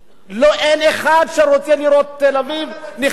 אין אחד שרוצה לראות את תל-אביב נכבשת.